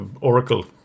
oracle